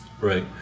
right